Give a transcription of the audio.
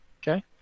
Okay